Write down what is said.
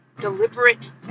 deliberate